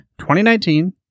2019